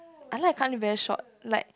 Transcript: I like to cut until very short like